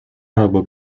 arabo